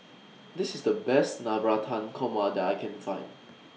This IS The Best Navratan Korma that I Can Find